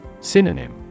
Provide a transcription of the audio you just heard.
Synonym